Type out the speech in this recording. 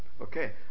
Okay